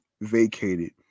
vacated